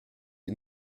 des